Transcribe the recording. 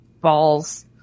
Ball's